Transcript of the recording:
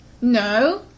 No